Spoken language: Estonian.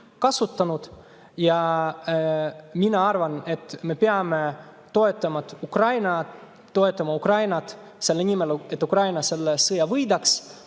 kasutaks. Ja mina arvan, et me peame toetama Ukrainat selle nimel, et Ukraina selle sõja võidaks,